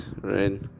right